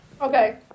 Okay